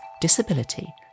disability